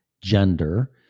gender